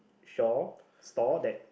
shop store that